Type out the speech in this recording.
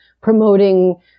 promoting